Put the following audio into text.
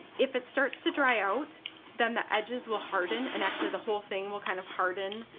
if it starts to dry out then the edges will harden and actually the whole thing will kind of harden.